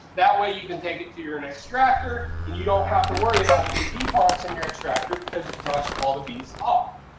that way you can take it to your and extractor. and you don't have to worry about any bee parts in your extractor because you brush all the bees ah